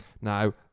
Now